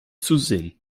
zusehen